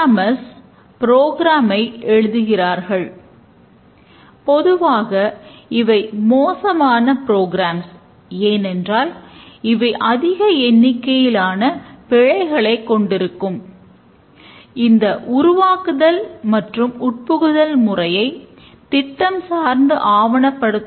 செயல்பாடுகளின் மாதிரி நமக்குத் தேவை ஏனென்றால் நாம் தேவைகளை ஆய்வு செய்தல் மற்றும் சரிபார்த்தல் ஆகியவற்றை செய்ய வேண்டும்